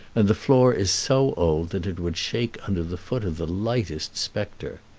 and the floor is so old that it would shake under the foot of the lightest spectre.